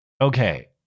okay